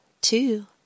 two